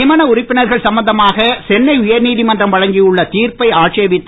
நியமன உறுப்பினர்கள் சம்பந்தமாக சென்னை உயர்நீதிமன்றம் வழங்கியுள்ள தீர்ப்பை ஆட்சேபித்து